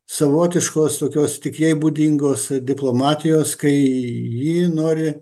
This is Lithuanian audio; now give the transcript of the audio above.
savotiškos tokios tik jai būdingos diplomatijos kai ji nori